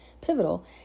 pivotal